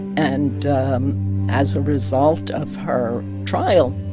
and as a result of her trial,